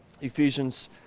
Ephesians